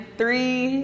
three